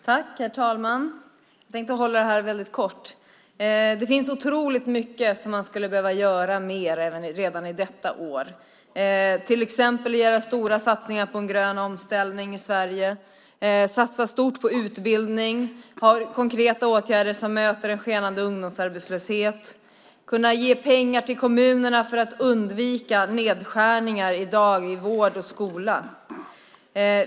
Herr talman! Jag ska fatta mig väldigt kort. Otroligt mycket mer skulle behöva göras redan detta år. Det gäller till exempel att göra stora satsningar på en grön omställning i Sverige, att satsa stort på utbildning, att vidta konkreta åtgärder för att möta en skenande ungdomsarbetslöshet och att kunna ge kommunerna pengar för att undvika nedskärningar i dag inom vård och skola.